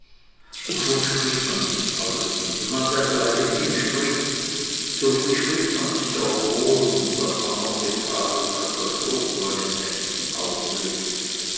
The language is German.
wovon spricht man nicht alles und wenn man dergleichen hinspricht so widerspricht man sich auch wohl und was man eben noch getadelt hat das lobt man im nächsten augenblick